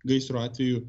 gaisro atveju